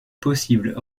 possible